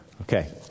Okay